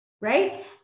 right